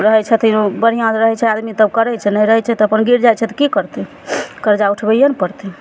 रहय छथिन बढ़िआँसँ रहय छै आदमी तब करय छै नहि रहय छै तऽ अपन गिर जाइ छै तऽ की करतय कर्जा उठबैये ने पड़तय